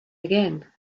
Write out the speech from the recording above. again